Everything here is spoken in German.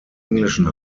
englischen